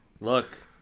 look